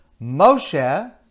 Moshe